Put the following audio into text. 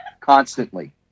Constantly